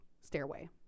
stairway